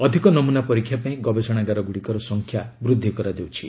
ଅଧିକ ନମ୍ନନା ପରୀକ୍ଷା ପାଇଁ ଗବେଷଣାଗାର ଗୁଡ଼ିକର ସଂଖ୍ୟା ବୃଦ୍ଧି କରାଯାଉଛି